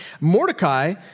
Mordecai